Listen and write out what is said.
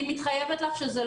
אני מתחייבת לך שזה לא יקרה.